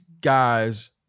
guys